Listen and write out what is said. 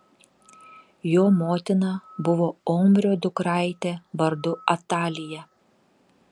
jo motina buvo omrio dukraitė vardu atalija